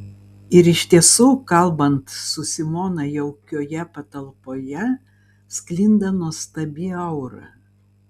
ir iš tiesų kalbant su simona jaukioje patalpoje sklinda nuostabi aura